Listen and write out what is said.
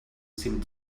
seemed